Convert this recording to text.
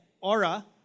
Aura